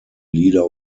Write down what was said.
lieder